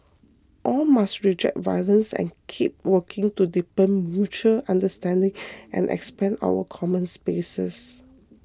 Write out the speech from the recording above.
all must reject violence and keep working to deepen mutual understanding and expand our common spaces